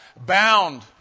bound